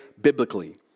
biblically